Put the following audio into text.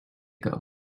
ago